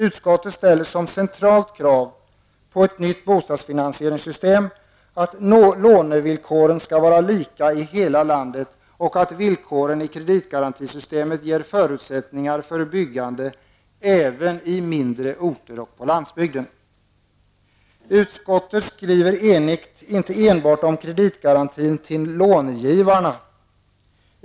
Utskottet ställer som centralt krav på ett nytt bostadsfinansieringssystem att lånevillkoren skall vara lika i hela landet och att villkoren i kreditgarantisystemet ger förutsättningar för byggande även i mindre orter och på landsbygden. Utskottet skriver enigt inte endast om kreditgarantin till långivarna.